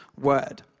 word